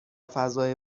فضای